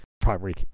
primary